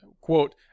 quote